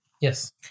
Yes